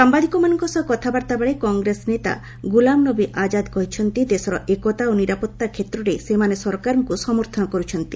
ସାମ୍ବାଦିକମାନଙ୍କ ସହ କଥାବାର୍ତ୍ତା ବେଳେ କଂଗ୍ରେସ ନେତା ଗୁଲାମ ନବୀ ଆକାଦ୍ କହିଚ୍ଚନ୍ତି ଦେଶର ଏକତା ଓ ନିରାପତ୍ତା କ୍ଷେତ୍ରରେ ସେମାନେ ସରକାରଙ୍କୁ ସମର୍ଥନ କରୁଛନ୍ତି